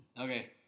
Okay